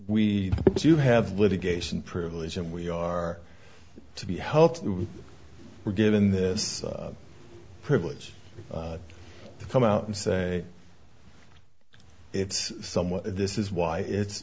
we do have litigation privilege and we are to be healthy we were given this privilege to come out and say it's someone this is why it's